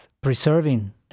preserving